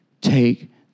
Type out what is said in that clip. take